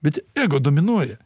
bet ego dominuoja